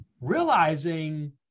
realizing